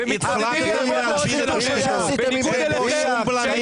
--- ובניגוד אליכם